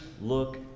look